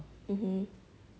mmhmm